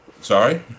Sorry